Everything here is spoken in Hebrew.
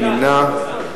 מי נמנע?